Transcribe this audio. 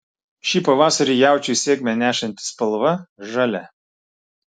šį pavasarį jaučiui sėkmę nešantį spalva žalia